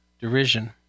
derision